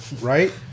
right